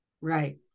Right